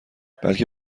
بلکه